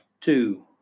two